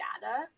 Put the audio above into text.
data